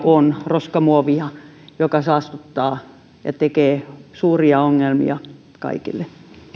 on roskamuovia joka saastuttaa ja tekee suuria ongelmia kaikille